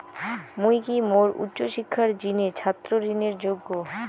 মুই কি মোর উচ্চ শিক্ষার জিনে ছাত্র ঋণের যোগ্য?